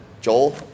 Joel